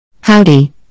Howdy